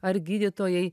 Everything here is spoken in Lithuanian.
ar gydytojai